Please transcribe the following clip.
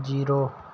zero